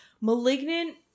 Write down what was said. Malignant